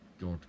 God